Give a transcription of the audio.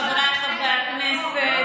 חבריי חברי הכנסת,